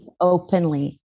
openly